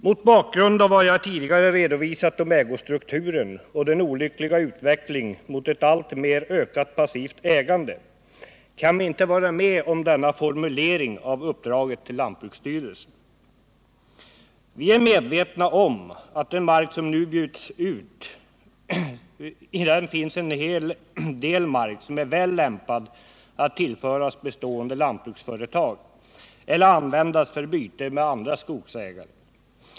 Mot bakgrund av vad jag tidigare redovisat om ägostrukturen och den olyckliga utvecklingen mot ett alltmer ökat passivt ägande kan vi inte vara med på denna formulering av uppdraget till lantbruksstyrelsen. Vi är medvetna om att av den mark som nu bjuds ut finns en del, som är väl lämpad att tillföras bestående lantbruksföretag eller användas för byte med andra skogsägare.